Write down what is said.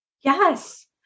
Yes